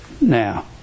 Now